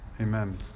amen